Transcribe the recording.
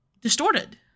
distorted